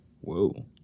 Whoa